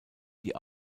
die